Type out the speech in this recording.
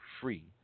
free